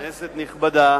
כנסת נכבדה,